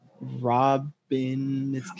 Robin